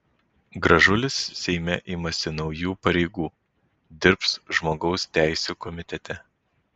gražulis seime imasi naujų pareigų dirbs žmogaus teisių komitete